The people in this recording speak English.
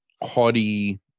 haughty